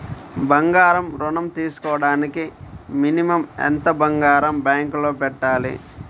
బంగారం ఋణం తీసుకోవడానికి మినిమం ఎంత బంగారం బ్యాంకులో పెట్టాలి?